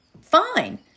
fine